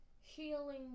healing